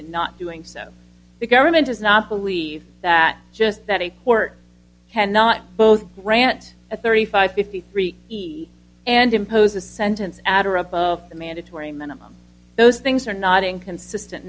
in not doing so the government does not believe that just that a court cannot both grant a thirty five fifty three and impose a sentence after above the mandatory minimum those things are not inconsistent